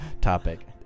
topic